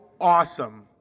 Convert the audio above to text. awesome